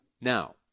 Now